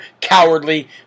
cowardly